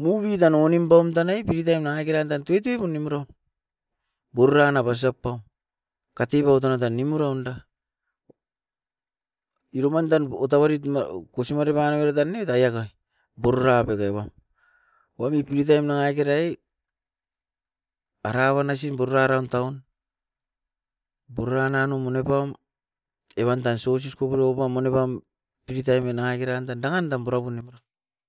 muvi tan onim paum tanai fri taim nangakeran tan tuitui kunimerau, buraran abasap pau, katibau tana tan nimu raunda iroman dan botawarit na kosimare banoiri tan ne taiaga. Borora beteua, koami fri taim nangakerai arawa nasim purara raun taun, purara nanum monepaum evan ta sosis kobirio paum mone pam fri taim e nangakera andan dangan dam purapun nimeron.